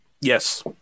Yes